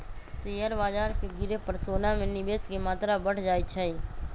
share बाजार के गिरे पर सोना में निवेश के मत्रा बढ़ जाइ छइ